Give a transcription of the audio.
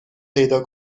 پیدا